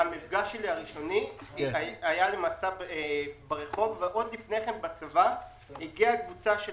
המפגש הראשוני היה בצבא, כשהגיעה קבוצה של